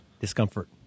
discomfort